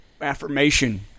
Affirmation